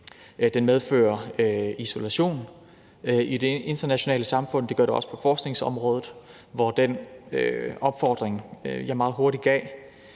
medfører isolation i det internationale samfund. Det gør det også på forskningsområdet, hvor den opfordring, jeg meget hurtigt gav